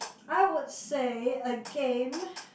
I would say a game